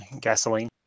Gasoline